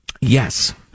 Yes